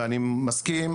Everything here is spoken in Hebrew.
ואני מסכים,